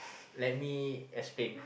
let me explain